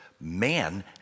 man